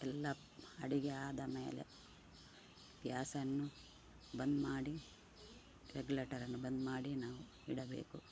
ಎಲ್ಲ ಅಡುಗೆ ಆದ ಮೇಲೆ ಗ್ಯಾಸನ್ನು ಬಂದ್ ಮಾಡಿ ರೆಗ್ಯುಲೇಟರನ್ನು ಬಂದ್ ಮಾಡಿ ನಾವು ಇಡಬೇಕು